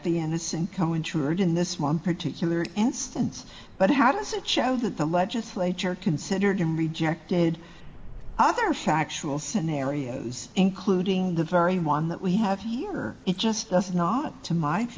the innocent co insurance in this mom particular instance but how does it show that the legislature considered and rejected other shy actual scenarios including the very one that we have here it just does not to my